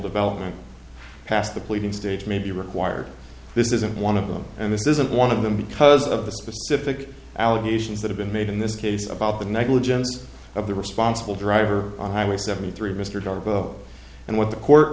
development past the pleading stage may be required this isn't one of them and this isn't one of them because of the specific allegations that have been made in this case about the negligence of the responsible driver on highway seventy three mr darko and what the court